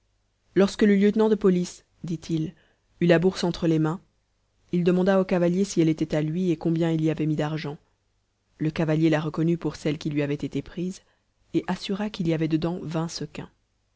lorsque le lieutenant de police dit-il eut la bourse entre les mains il demanda au cavalier si elle était à lui et combien il y avait mis d'argent le cavalier la reconnut pour celle qui lui avait été prise et assura qu'il y avait dedans vingt sequins